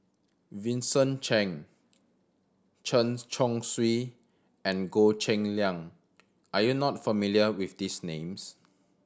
Vincent Cheng Chen Chong Swee and Goh Cheng Liang are you not familiar with these names